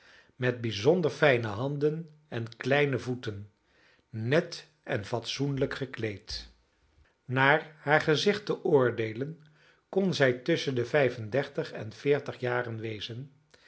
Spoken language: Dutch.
met bijzonder fijne handen en kleine voeten net en fatsoenlijk gekleed naar haar gezicht te oordeelen kon zij tusschen de vijf en dertig en veertig jaren wezen